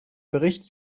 bericht